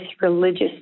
religious